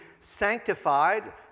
sanctified